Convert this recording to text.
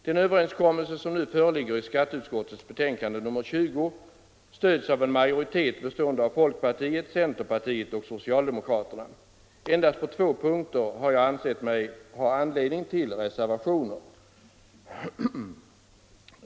Den överenskommelse som nu föreligger i skatteutskottets betänkande 1975/76:20 stöds av en majoritet bestående av folkpartiet, centerpartiet och socialdemokraterna. Endast på två punkter har jag ansett mig ha anledning till reservationer.